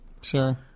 Sure